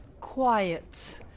quiet